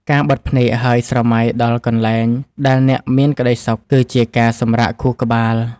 ការបិទភ្នែកហើយស្រមៃដល់កន្លែងដែលអ្នកមានក្ដីសុខ គឺជាការសម្រាកខួរក្បាល។